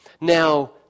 Now